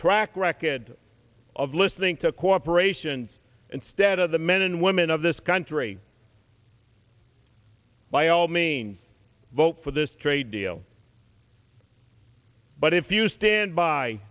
track record of listening to corporations instead of the men and women of this country by all means vote for this trade deal but if you stand by